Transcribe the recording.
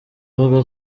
avuga